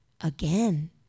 again